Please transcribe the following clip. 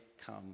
come